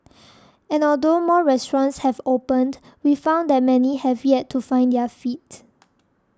and although more restaurants have opened we found that many have yet to find their feet